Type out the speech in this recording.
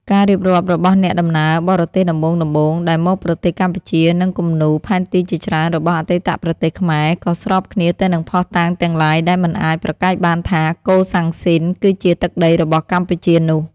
ការរៀបរាប់របស់អ្នកដំណើរបរទេសដំបូងៗដែលមកប្រទេសកម្ពុជា និងគំនូរ ផែនទីជាច្រើនរបស់អតីតប្រទេសខ្មែរ ក៏ស្របគ្នាទៅនឹងភស្តុតាងទាំងឡាយដែលមិនអាចប្រកែកបានថា កូសាំងស៊ីន គឺជាទឹកដីរបស់កម្ពុជានោះ ។